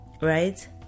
right